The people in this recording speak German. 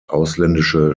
ausländische